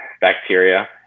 bacteria